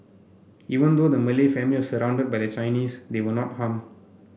even though the Malay family was surrounded by the Chinese they were not harm